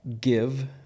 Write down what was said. give